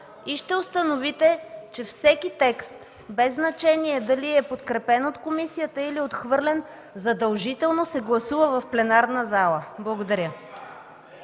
и ще установите, че всеки текст – без значение дали е подкрепен от комисията или е отхвърлен, задължително се гласува в пленарната зала. Благодаря.